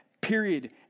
Period